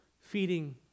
feeding